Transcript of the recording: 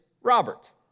Robert